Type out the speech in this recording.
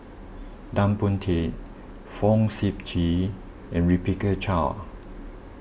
Tan Boon Teik Fong Sip Chee and Rebecca Chua